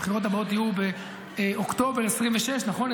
הבחירות הבאות יהיו באוקטובר 2026, נכון?